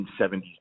1970s